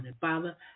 Father